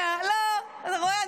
לא, רואה?